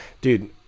dude